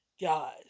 Guys